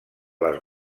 les